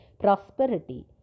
Prosperity